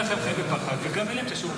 ככה הם חיים בפחד, וגם אין להם את השירותים.